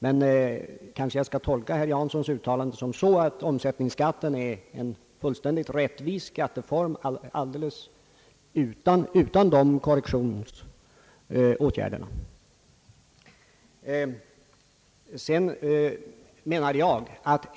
Men jag skall kanske tolka herr Janssons uttalande så att omsättningsskatten är en fullständigt rättvis skatteform utan dessa korrektionsåtgärder.